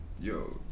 yo